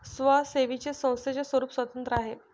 स्वयंसेवी संस्थेचे स्वरूप स्वतंत्र आहे